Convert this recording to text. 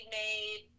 made